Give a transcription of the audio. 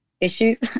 issues